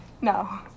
no